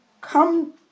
come